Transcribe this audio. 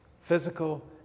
Physical